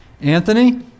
Anthony